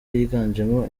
yiganjemo